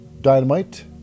Dynamite